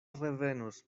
revenos